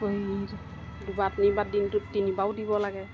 দুবাৰ তিনিবাৰ দিনটোত তিনিবাৰো দিব লাগে